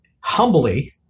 humbly